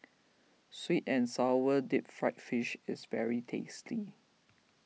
Sweet and Sour Deep Fried Fish is very tasty